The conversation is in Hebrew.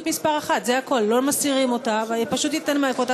נגד, 44, אפס נמנעים.